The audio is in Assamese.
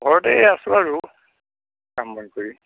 ঘৰতেই আছোঁ আৰু কাম বন কৰি